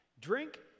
Drink